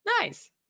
nice